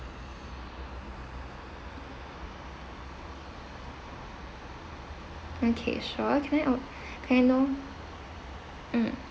okay sure can I uh can I know mm